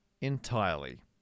entirely